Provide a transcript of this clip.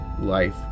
life